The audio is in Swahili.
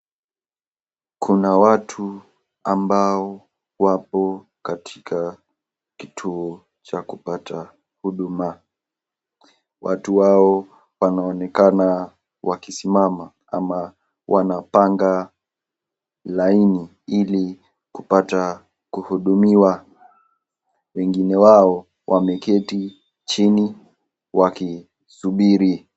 Kuna watu ambao wapo katika kituo cha kupata huduma, na watu hao wanaonekana wakisimama ama wanapanga laini ili kupata kuhudumiwa wengine wao wameketi chini wakisubiri.